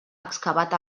excavat